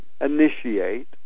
initiate